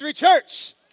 Church